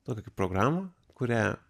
tokią kaip programą kurią